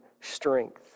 strength